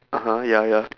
(uh huh) ya ya